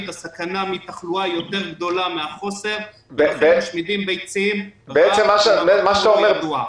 הסכנה מתחלואה היא יותר גדולה מן החוסר ומשמידים ביצים ממקור לא ידוע.